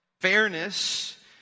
Fairness